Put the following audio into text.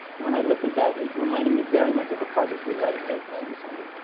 when i looked at that, it reminded me very much of a project we had in make magazine.